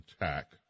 attack